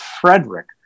Frederick